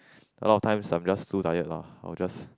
a lot of times I'm just too tired lah I'll just